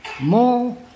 more